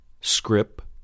Script